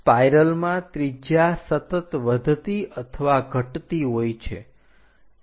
સ્પાઇરલમાં ત્રિજ્યા સતત વધતી અથવા ઘટતી હોય છે